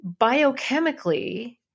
biochemically